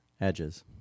Edges